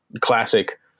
Classic